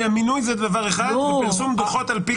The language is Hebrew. מינוי זה דבר אחד ופרסום דוחות על-פי